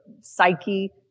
psyche